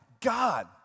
God